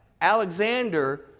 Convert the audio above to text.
Alexander